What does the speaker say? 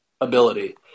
Ability